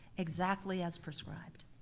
exactly as prescribed.